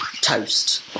Toast